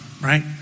right